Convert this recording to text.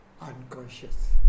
unconscious